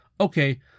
Okay